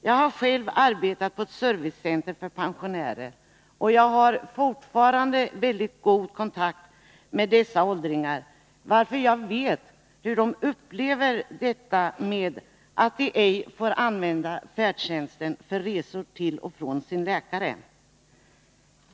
Jag har själv arbetat på ett servicecenter för pensionärer och har fortfarande väldigt god kontakt med dessa åldringar, varför jag vet hur de upplever detta med att ej få använda färdtjänsten för resor till och från sin läkare.